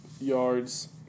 yards